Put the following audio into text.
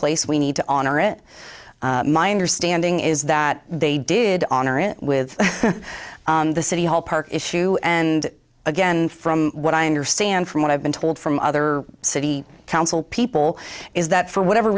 place we need to honor it my understanding is that they did honor it with the city hall park issue and again from what i understand from what i've been told from other city council people is that for whatever